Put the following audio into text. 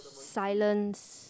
silence